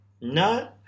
No